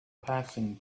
passing